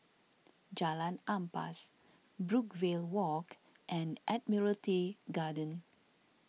Jalan Ampas Brookvale Walk and Admiralty Garden